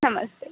नमस्ते